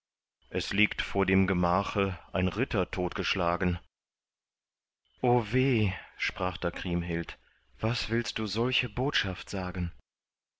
es liegt vor dem gemache ein ritter totgeschlagen o weh sprach da kriemhild was willst du solche botschaft sagen